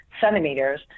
centimeters